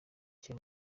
cye